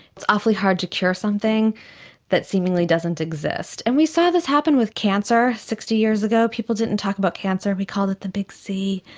it's awfully hard to cure something that seemingly doesn't exist. and we saw this happen with cancer sixty years ago. people didn't talk about cancer and we called it the big c,